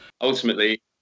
Ultimately